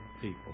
people